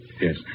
Yes